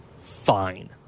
fine